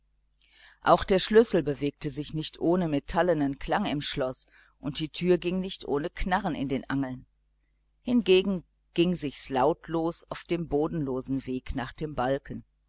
auch der schlüssel bewegte sich nicht ohne metallenen klang im schloß und die türe nicht ohne knarren in den angeln hingegen ging sich's lautlos auf dem bodenlosen weg nach dem balken